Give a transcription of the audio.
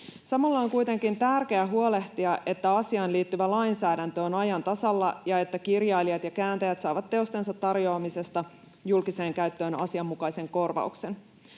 Samalla on kuitenkin tärkeää huolehtia, että asiaan liittyvä lainsäädäntö on ajan tasalla ja että kirjailijat ja kääntäjät saavat teostensa tarjoamisesta julkiseen käyttöön asianmukaisen korvauksen.